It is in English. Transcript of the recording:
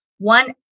One